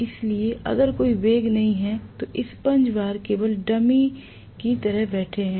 इसलिए अगर कोई वेग नहीं है तो स्पंज बार केवल डमी की तरह बैठे हैं